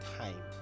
time